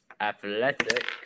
Athletics